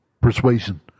persuasion